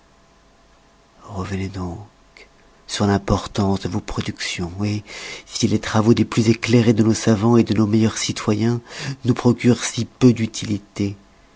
revenez donc sur l'importance de vos productions si les travaux des plus éclairés de nos savans de nos meilleurs citoyens nous procurent si peu d'utilité